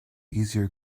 easier